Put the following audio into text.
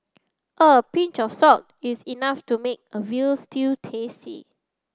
a pinch of salt is enough to make a veal stew tasty